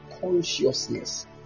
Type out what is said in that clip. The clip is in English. consciousness